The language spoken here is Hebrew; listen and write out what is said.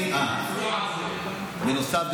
בנוסף,